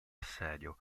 assedio